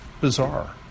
bizarre